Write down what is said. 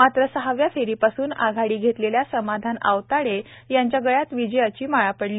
मात्र सहाव्या फेरीपासून आघाडी घेतलेल्या समाधान आवताडे यांच्या गळ्यात विजयाची माळ पडली